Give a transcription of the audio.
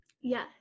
Yes